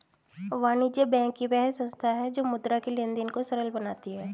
वाणिज्य बैंक वह संस्था है जो मुद्रा के लेंन देंन को सरल बनाती है